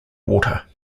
water